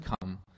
come